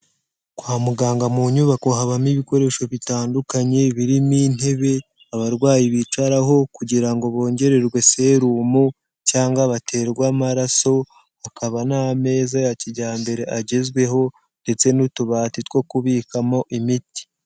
Kwa muganga mu nyubako habamo ibikoresho bitandukanye, birimo intebe abarwayi bicaraho kugira ngo bongererwe serumu cyangwa baterwe amaraso, hakaba n'ameza ya kijyambere agezweho ndetse n'utubati two kubikamo imiti.